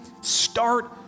start